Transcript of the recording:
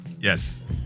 Yes